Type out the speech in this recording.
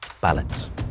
balance